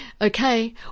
okay